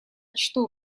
что